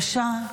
בבקשה.